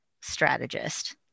strategist